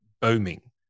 booming